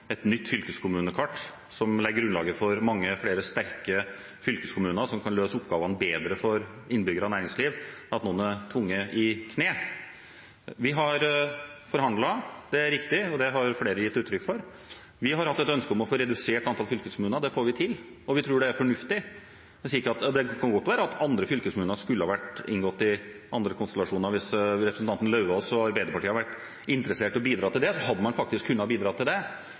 et nytt fylkeskommunekart, som legger grunnlaget for mange flere sterke fylkeskommuner, som kan løse oppgavene bedre for innbyggere og næringsliv, at noen er tvunget i kne. Vi har forhandlet, det er riktig, og det har flere gitt uttrykk for. Vi har hatt et ønske om å få redusert antallet fylkeskommuner. Det får vi til, og vi tror det er fornuftig. Det kan godt være at andre fylkeskommuner skulle ha inngått i andre konstellasjoner. Hvis representanten Lauvås og Arbeiderpartiet hadde vært interessert i å bidra til det, så hadde man faktisk kunnet bidra til det.